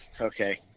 Okay